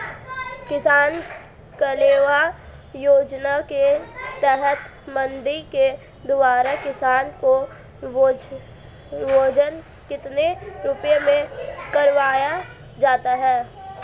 किसान कलेवा योजना के तहत मंडी के द्वारा किसान को भोजन कितने रुपए में करवाया जाता है?